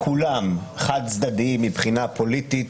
כולם חד-צדדיים מבחינה פוליטית.